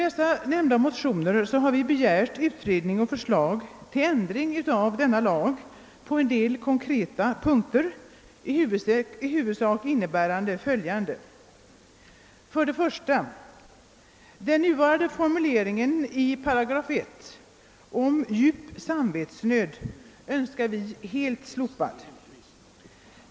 I nämnda motioner har vi begärt utredning och förslag till ändring av denna lag på en del konkreta punkter, i huvudsak innebärande följande. Först och främst önskar vi helt slopa den nuvarande formuleringen i 1 § om »djup samvetsnöd».